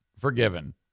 forgiven